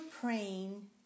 praying